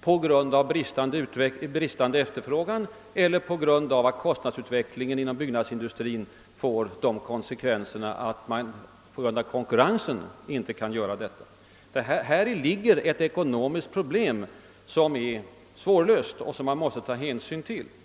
på grund av bristande efterfrågan inte kan göra detta eller om kostnadsutvecklingen inom byggnadsindustrin blivit sådan att man på grund av konkurrensen kommer i samma situation? Här föreligger ett ekonomiskt problem som är svårlöst och som vi måste ta hänsyn till.